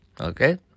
Okay